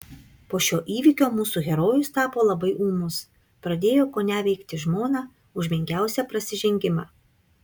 po šio įvykio mūsų herojus tapo labai ūmus pradėjo koneveikti žmoną už menkiausią prasižengimą